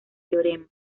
teorema